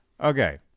Okay